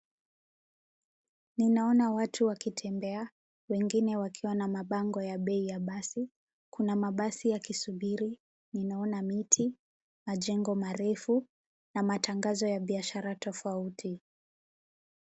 Ninaona watu wakitembea, wengine wakiwa na mabango ya bei ya basi. Kuna mabasi yakisubiri, ninaona miti, majengo marefu na matangazo ya biashara tofauti.